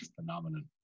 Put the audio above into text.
phenomenon